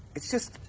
it's just,